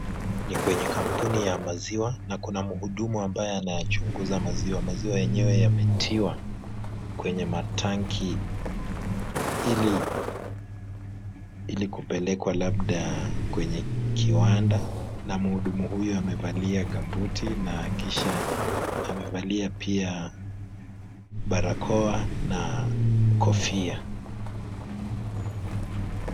Ni kwenye kampuni ya maziwa na kuna muhudumu ambaye anayachunguza maziwa. Maziwa yenyewe yametiwa kwenye matanki ili kupelekwa labda kwenye kiwanda, na muhudumu huyo amevalia gambuti na kisha amevalia pia barakoa na kofia.